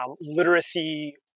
literacy